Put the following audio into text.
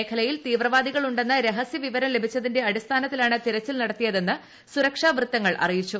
മേഖലയിൽ ഉ തീവ്രവാദികൾ ഉ ന്ന് രഹിസ്യവിവരം ലഭിച്ചതിന്റെ അടിസ്ഥാനത്തിലാണ് തിർച്ചിൽ നടത്തിയതെന്ന് സുരക്ഷാവൃത്തങ്ങൾ അറിയിച്ചു